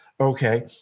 Okay